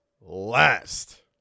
last